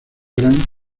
gran